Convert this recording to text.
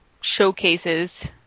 showcases